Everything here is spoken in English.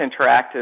Interactive